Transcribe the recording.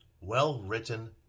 well-written